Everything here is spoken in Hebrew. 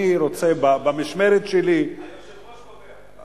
אני רוצה, במשמרת שלי, היושב-ראש קובע.